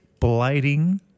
blading